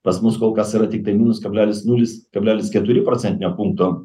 pas mus kol kas yra tiktai minus kablelis nulis kablelis keturi procentinio punkto